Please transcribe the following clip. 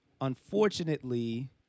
Unfortunately